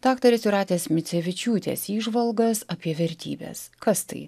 daktarės jūratės micevičiūtės įžvalgas apie vertybes kas tai